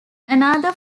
another